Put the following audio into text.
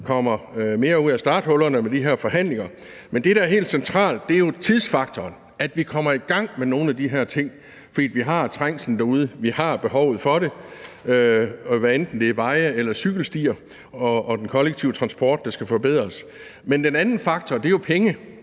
kommer mere ud af starthullerne i de her forhandlinger, men det, der er helt centralt, er jo tidsfaktoren, altså at vi kommer i gang med nogle af de her ting, for vi har trængsel derude, vi har behovet for det, hvad enten det er veje eller cykelstier eller den kollektive transport, der skal forbedres. Den anden faktor er penge,